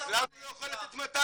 אז למה הוא לא יכול לתת 200?